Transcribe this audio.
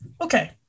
Okay